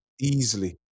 Easily